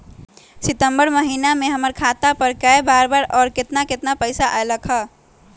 सितम्बर महीना में हमर खाता पर कय बार बार और केतना केतना पैसा अयलक ह?